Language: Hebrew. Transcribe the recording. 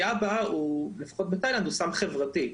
יאבה, לפחות בתאילנד, הוא סם חברתי.